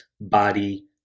body